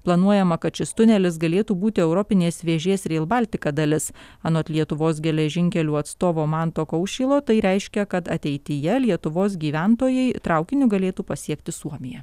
planuojama kad šis tunelis galėtų būti europinės vėžės reil baltika dalis anot lietuvos geležinkelių atstovo manto kaušylo tai reiškia kad ateityje lietuvos gyventojai traukiniu galėtų pasiekti suomiją